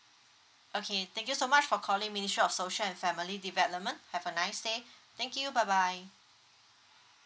okay thank you so much for calling ministry of social and family development have a nice day thank you bye bye